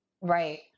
Right